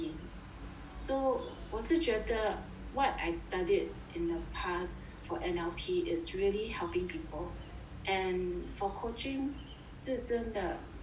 so 我是觉得 what I studied in the past for N_L_P is really helping people and for coaching 是真的